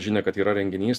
žinią kad yra renginys